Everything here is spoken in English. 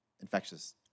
infectious